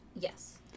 Yes